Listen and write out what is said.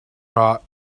rot